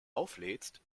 auflädst